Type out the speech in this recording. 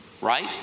right